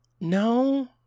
No